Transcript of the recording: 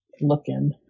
looking